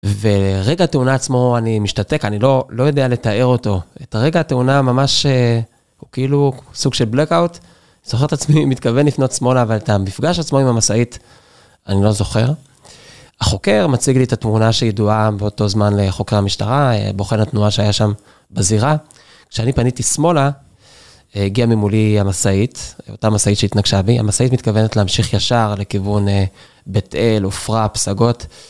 ורגע התאונה עצמו, אני משתתק, אני לא יודע לתאר אותו. את הרגע התאונה ממש, הוא כאילו סוג של בלאק-אווט. זוכר את עצמי, מתכוון לפנות שמאלה, אבל את המפגש עצמו עם המשאית, אני לא זוכר. החוקר מציג לי את התמונה שידועה באותו זמן לחוקרי המשטרה, בוחן התנועה שהיה שם בזירה. כשאני פניתי שמאלה, הגיע ממולי המשאית, אותה משאית שהתנגשה בי, המשאית מתכוונת להמשיך ישר לכיוון בית אל, עופרה, פסגות.